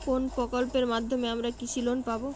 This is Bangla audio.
কোন প্রকল্পের মাধ্যমে আমরা কৃষি লোন পাবো?